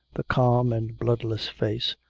the calm and bloodless face,